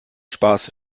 spaß